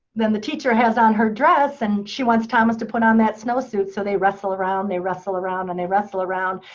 then the teacher has on her dress, and she wants thomas to put on that snowsuit, so they wrestle around, they wrestle around, and they wrestle around.